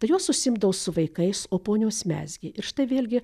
tai jos užsiimdavo su vaikais o ponios mezgė ir štai vėlgi